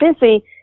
busy